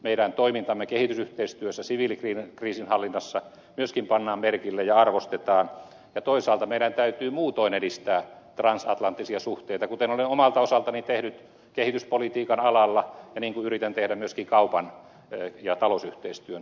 meidän toimintamme kehitysyhteistyössä ja siviilikriisinhallinnassa myöskin pannaan merkille ja sitä arvostetaan ja toisaalta meidän täytyy muutoin edistää transatlanttisia suhteita kuten olen omalta osaltani tehnyt kehityspolitiikan alalla ja niin kuin yritän tehdä myöskin kaupan ja talousyhteistyön kehittämiseksi